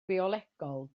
biolegol